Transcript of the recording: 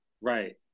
Right